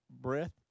breath